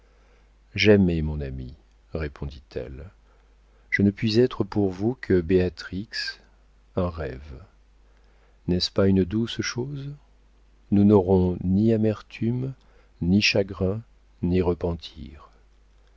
jamais mon ami répondit-elle je ne puis être pour vous que béatrix un rêve n'est-ce pas une douce chose nous n'aurons ni amertume ni chagrin ni repentir